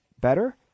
better